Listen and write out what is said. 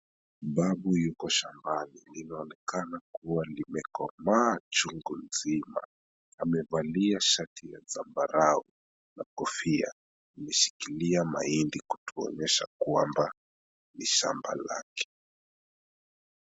Babu yuko shambani. Linaonekana kuwa limekomaa chungu nzima. Amevalia shati ya zambarau na kofia. Ameshikilia mahindi kutuonyesha kuwa ni shamba lake.